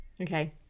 Okay